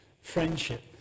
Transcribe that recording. friendship